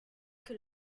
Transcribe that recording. que